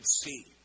see